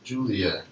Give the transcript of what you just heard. Julia